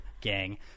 gang